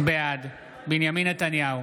בעד בנימין נתניהו,